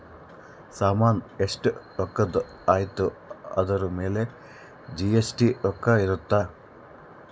ಸಾಮನ್ ಎಸ್ಟ ರೊಕ್ಕಧ್ ಅಯ್ತಿ ಅದುರ್ ಮೇಲೆ ಜಿ.ಎಸ್.ಟಿ ರೊಕ್ಕ ಇರುತ್ತ